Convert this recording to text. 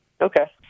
okay